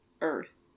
earth